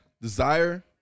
Desire